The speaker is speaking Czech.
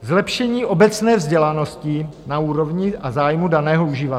Zlepšení obecné vzdělanosti na úrovni a zájmu daného uživatele.